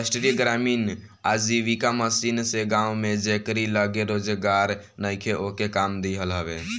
राष्ट्रीय ग्रामीण आजीविका मिशन से गांव में जेकरी लगे रोजगार नईखे ओके काम देहल हवे